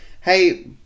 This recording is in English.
hey